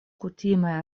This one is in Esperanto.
kutime